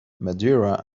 madeira